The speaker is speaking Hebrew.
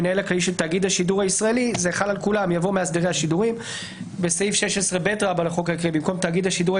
זה הסעיף שעשה את